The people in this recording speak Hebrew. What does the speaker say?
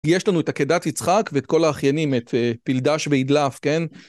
יש לנו את עקדת יצחק ואת כל האחיינים, את פילדש ועידלף, כן?